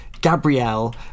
gabrielle